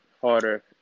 harder